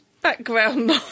background